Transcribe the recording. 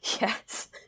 Yes